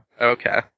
Okay